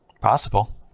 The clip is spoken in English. Possible